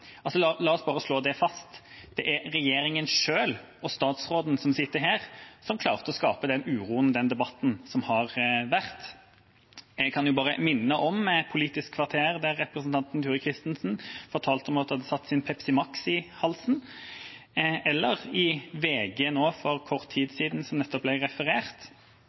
La oss bare slå det fast, det er regjeringa selv og statsråden som sitter her, som klarte å skape den uroen og den debatten som har vært. En kan jo bare minne om Politisk kvarter, der representanten Turid Kristensen fortalte at hun hadde satt sin Pepsi Max i halsen, eller VG for kort tid siden, som nettopp ble referert,